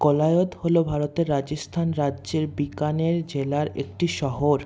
কোলায়ত হল ভারতের রাজস্থান রাজ্যের বিকানের জেলার একটি শহর